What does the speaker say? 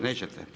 Nećete?